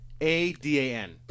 A-D-A-N